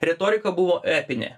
retorika buvo epinė